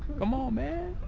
come on man.